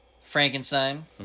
Frankenstein